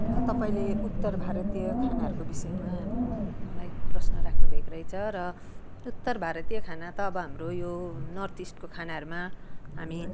र तपाईँले उत्तर भारतीय खानाहरूको विषयमा मलाई प्रश्न राख्नु भएको रहेछ र उत्तर भारतीय खाना त अब हाम्रो यो नर्थइस्टको खानाहरूमा हामी